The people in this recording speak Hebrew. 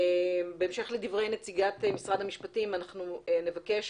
בהמשך לדברי נציגת משרד המשפטים אנחנו נבקש